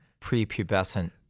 prepubescent